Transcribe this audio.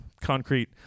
concrete